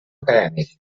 acadèmic